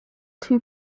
two